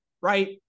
right